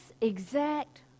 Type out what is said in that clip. exact